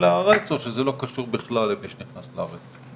לארץ או שזה לא קשור בכלל למי שנכנס לארץ?